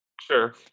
sure